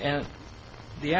and the